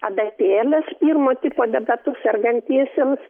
adatėlės pirmo tipo debetu sergantiesiems